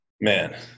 Man